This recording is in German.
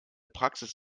praxis